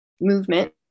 movement